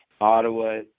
Ottawa